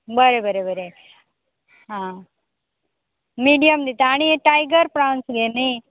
बरें बरें बरें आं मिडियम दिता आनी टायगर प्रॉन्स गे न्ही